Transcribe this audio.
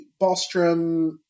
Bostrom